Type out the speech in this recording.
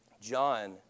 John